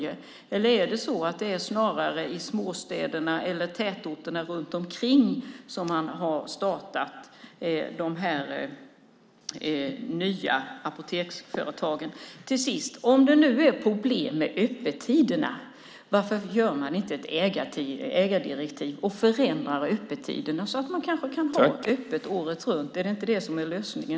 Eller är det snarare i småstäderna eller tätorterna runt omkring som man har startat de nya apoteksföretagen? Till sist: Om det nu är problem med öppettiderna - varför gör man då inte ett ägardirektiv och förändrar öppettiderna så att apoteken kanske kan ha öppet året runt? Är det inte det som är lösningen?